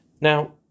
Now